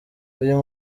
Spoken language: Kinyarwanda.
uyu